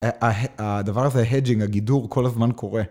הדבר הזה, הhedging, הגידור כל הזמן קורה.